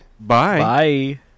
Bye